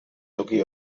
toki